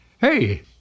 hey